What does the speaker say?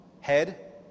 head